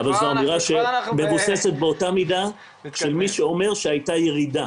אבל זו אמירה שמבוססת באותה מידה של מי שאומר שהייתה ירידה.